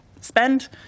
spend